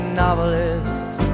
novelist